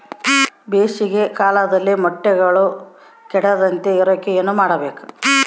ಬೇಸಿಗೆ ಕಾಲದಲ್ಲಿ ಮೊಟ್ಟೆಗಳು ಕೆಡದಂಗೆ ಇರೋಕೆ ಏನು ಮಾಡಬೇಕು?